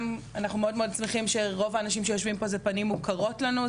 אנחנו שמחים מאוד שרוב האנשים שיושבים פה הם פנים שמוכרות לנו,